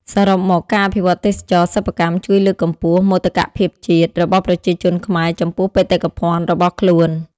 សរុបមក ការអភិវឌ្ឍន៍ទេសចរណ៍សិប្បកម្មជួយលើកកម្ពស់ មោទកភាពជាតិ របស់ប្រជាជនខ្មែរចំពោះបេតិកភណ្ឌរបស់ខ្លួន។